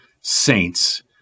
saints